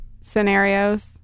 scenarios